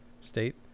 state